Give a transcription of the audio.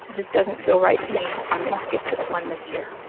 this doesn't feel right to me i'm going to skip this one this year,